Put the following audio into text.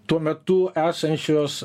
tuo metu esančios